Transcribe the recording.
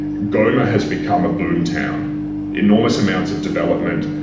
goma has become a boomtown enormous amounts of development,